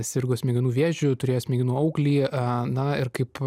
sirgo smegenų vėžiu turėjo smegenų auglį ir kaip